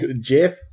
Jeff